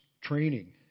training